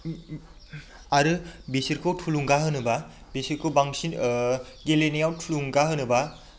आरो बिसोरखौ थुलुंगा होनोब्ला बिसोरखौ बांसिन गेलेनायाव थुलुंगा होनोब्ला